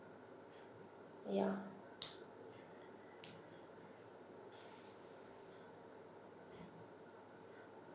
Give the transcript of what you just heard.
yeah